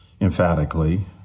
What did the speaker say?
emphatically